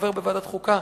כחבר בוועדת חוקה,